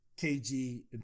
KG